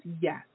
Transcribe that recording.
yes